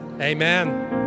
amen